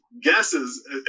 guesses